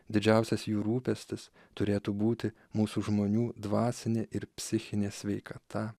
didžiausias jų rūpestis turėtų būti mūsų žmonių dvasinė ir psichinė sveikata